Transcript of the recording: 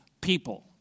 people